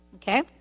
Okay